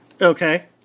okay